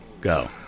go